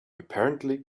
apparently